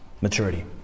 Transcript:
maturity